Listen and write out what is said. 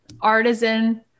artisan